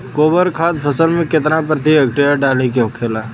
गोबर खाद फसल में कितना प्रति हेक्टेयर डाले के होखेला?